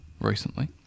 recently